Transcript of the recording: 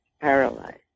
paralyzed